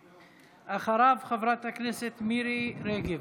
ואחריו, חברת הכנסת מירי רגב.